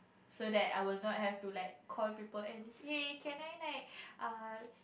so that I will not have to like call people and hey can I like uh